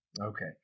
Okay